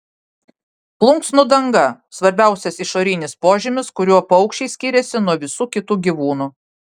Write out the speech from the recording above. plunksnų danga svarbiausias išorinis požymis kuriuo paukščiai skiriasi nuo visų kitų gyvūnų